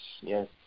Yes